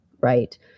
right